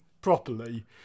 properly